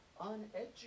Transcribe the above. uneducated